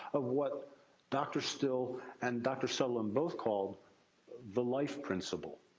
of what dr. still and dr. sutherland both called the life principle.